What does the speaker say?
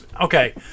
okay